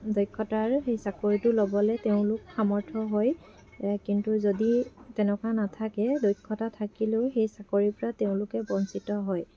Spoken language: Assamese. দক্ষ্যতাৰ সেই চাকৰিটো ল'বলৈ তেওঁলোক সামৰ্থ হৈ কিন্তু যদি তেনেকুৱা নাথাকে দক্ষ্যতা থাকিলেও সেই চাকৰিৰ পৰা তেওঁলোক বঞ্চিত হয়